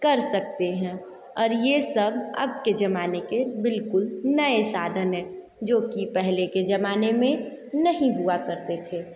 कर सकते हैं और ये सब अब के जमाने के बिल्कुल नए साधन है जो कि पहले के जमाने में नहीं हुआ करते थे